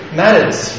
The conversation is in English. matters